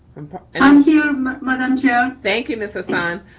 i'm here, madam chair. thank you. miss assan.